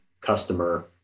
customer